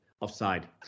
offside